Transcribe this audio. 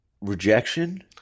Rejection